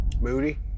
Moody